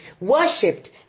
worshipped